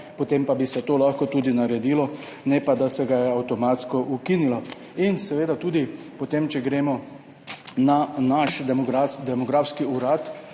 potem pa bi se to lahko tudi naredilo, ne pa, da se ga je avtomatsko ukinilo. Če gremo na naš demografski urad,